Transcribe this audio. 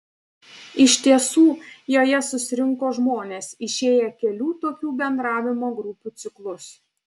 iš tiesų joje susirinko žmonės išėję kelių tokių bendravimo grupių ciklus